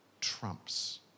trumps